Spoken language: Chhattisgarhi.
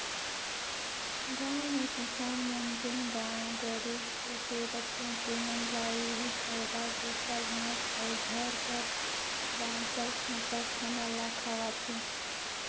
गाँव में किसान मन जेन गाय गरू पोसे रहथें तेमन ल एही पैरा, बूसा, घांस अउ घर कर बांचल खोंचल खाना ल खवाथें